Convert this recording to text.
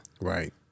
Right